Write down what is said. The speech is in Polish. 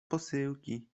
posyłki